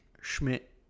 Schmidt